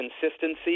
consistency